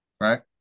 right